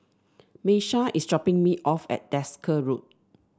Miesha is dropping me off at Desker Road